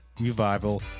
revival